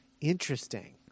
interesting